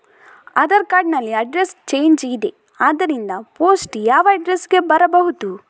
Aadhaar card ನಲ್ಲಿ address change ಇದೆ ಆದ್ದರಿಂದ ಪೋಸ್ಟ್ ಯಾವ ಅಡ್ರೆಸ್ ಗೆ ಬರಬಹುದು?